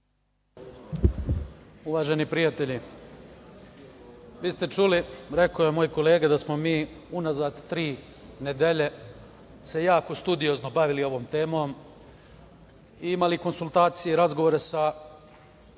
Uvaženi prijatelji, vi ste čuli, rekao je moj kolega da smo mi unazad tri nedelje sa jako studiozno bavili ovom temom, imali konsultacije i razgovore sa